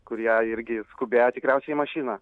kurie irgi skubėjo tikriausiai į mašiną